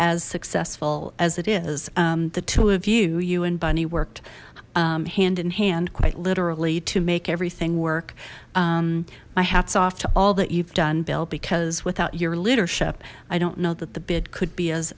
as successful as it is the two of you you and bunny worked hand in hand quite literally to make everything work my hats off to all that you've done bill because without your leadership i don't know that the bid could be as